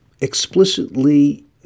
explicitly